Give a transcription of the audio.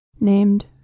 named